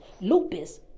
lupus